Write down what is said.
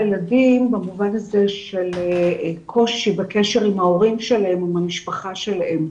ילדים במובן הזה של קושי בקשר עם ההורים שלהם ועם המשפחה שלהם,